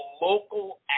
local